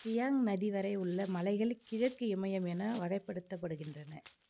Chiang நதி வரை உள்ள மலைகள் கிழக்கு இமயம் என வகைப்படுத்தப்படுகின்றன